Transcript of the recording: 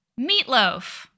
meatloaf